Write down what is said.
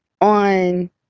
on